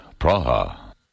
Praha